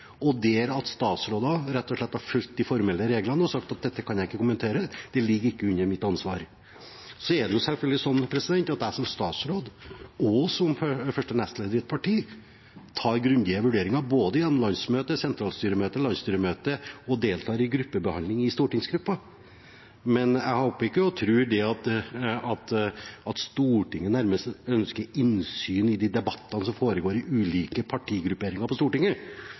og der statsråder rett og slett har fulgt de formelle reglene og sagt at dette kan jeg ikke kommentere, for det ligger ikke under mitt ansvar. Det er selvfølgelig slik at jeg som statsråd og som første nestleder i et parti tar grundige vurderinger både gjennom landsmøtet, sentralstyremøtet og landsstyremøtet samt deltar i gruppebehandling i stortingsgruppen. Men jeg håper og tror ikke at Stortinget nærmest ønsker innsyn i de debattene som foregår i ulike partigrupperinger på Stortinget.